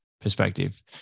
perspective